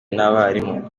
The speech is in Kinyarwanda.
n’abarimu